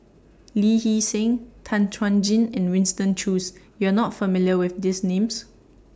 Lee Hee Seng Tan Chuan Jin and Winston Choos YOU Are not familiar with These Names